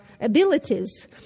abilities